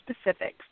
specifics